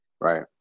Right